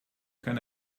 can